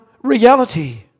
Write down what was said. Reality